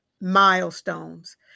milestones